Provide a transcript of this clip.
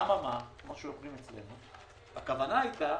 אמממה, כמו שאומרים אצלנו, הכוונה הייתה